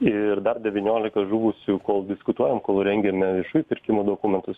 ir dar devyniolika žuvusių kol diskutuojam kol rengiame viešųjų pirkimų dokumentus